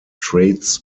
trades